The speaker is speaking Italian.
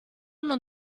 non